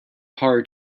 hard